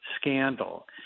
scandal